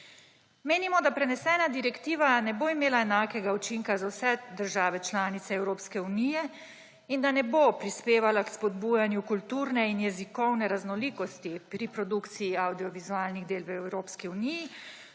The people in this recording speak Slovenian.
Menimo, da prenesena direktiva ne bo imela enakega učinka za vse države članice Evropske unije in da ne bo prispevala k spodbujanju kulturne in jezikovne raznolikosti pri produkciji avdiovizualnih del v Evropski uniji,